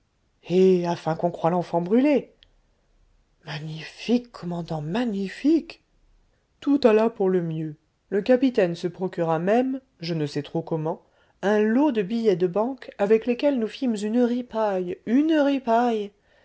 eh afin qu'on croie l'enfant brûlé magnifique commandant magnifique tout alla pour le mieux le capitaine se procura même je ne sais trop comment un lot de billets de banque avec lesquels nous fîmes une ripaille une